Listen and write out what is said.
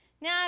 Now